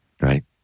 Right